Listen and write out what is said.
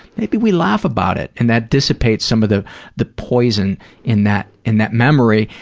maybe we laugh about it, and that dissipates some of the the poison in that in that memory.